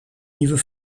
nieuwe